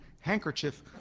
handkerchief